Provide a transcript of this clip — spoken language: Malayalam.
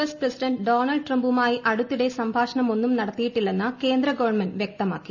എസ് പ്രസിഡന്റ് ഡോണൾഡ് ട്രംപുമായി അടുത്തിടെ സംഭാഷണമൊന്നും നടത്തിയിട്ടില്ലെന്ന് കേന്ദ്ര ഗവൺമെന്റ് വ്യക്തമാക്കി